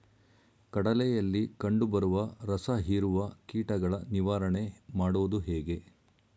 ಕಡಲೆಯಲ್ಲಿ ಕಂಡುಬರುವ ರಸಹೀರುವ ಕೀಟಗಳ ನಿವಾರಣೆ ಮಾಡುವುದು ಹೇಗೆ?